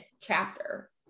chapter